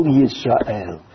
Yisrael